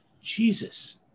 Jesus